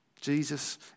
Jesus